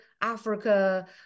Africa